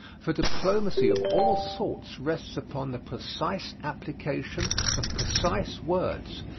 for diplomacy of all sorts rests upon the precise application of precise words,